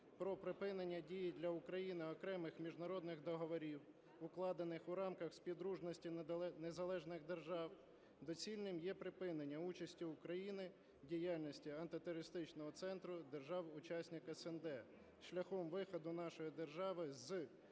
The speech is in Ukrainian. про припинення дії для України окремих міжнародних договорів укладених в рамках Співдружності Незалежних Держав, доцільним є припинення участі України в діяльності Антитерористичного центру держав-учасниць СНД, шляхом виходу нашої держави з